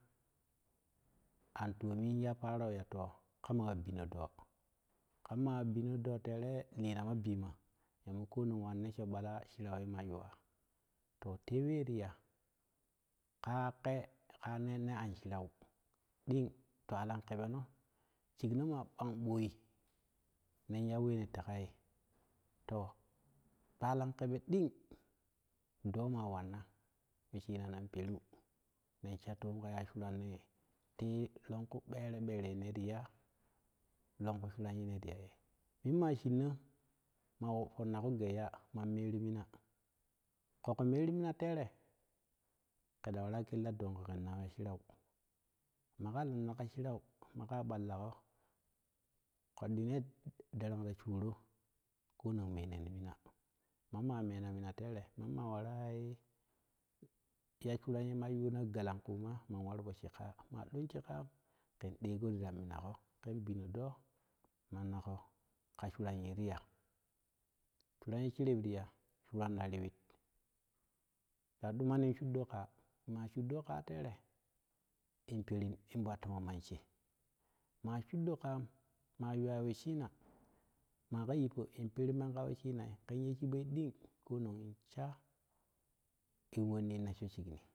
An tomin ya paro ya to kamawa bino doo kamma wa bino doo tere linama bima yamo konang wa neseho ɓala shirau yema yuwa to tee we tiya ka ke ka nehmo anshiru ding twalan kebeno chiknoma ɓangboi nen yawe ne tekaye to twalan kebe ɗing doo ma wanna weshinanan peru nen shatom ka ya shuranme ye ti longku ɓere ɓere yene ti ya longku shuran yeneti yaye mun ma shin noo ma farma ƙuu gena man meru mina ƙoƙo meru mina tere ƙetara kel ta dongƙo ƙen nawin shiran maƙala naka shirau maƙa ɓallaƙo ƙoddina darang ta shuworo konong meneni mina mamma mena mina tere mamma warai ya suran yema yuna galagkuu ma man warpo she ƙaa maa ɗoo she ƙam ƙen ɗego tira minaƙo ƙan bino doo maunaƙo ka suran neri yaa suran ye shereb tiya suran ta riwit ta ɗumani suɗɗo ƙaa ma suɗɗo ƙaa tere in pering in ɓwaltoma man che maa suɗɗo kaam ma yuwai we shina maa ka yippo in perin man ka we shii nai kan ye chiɓoi ɗing komon sha in wonni nessho shiilani.